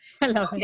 Hello